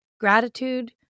Gratitude